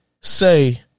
say